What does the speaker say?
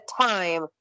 time